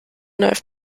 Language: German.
läuft